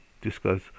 discuss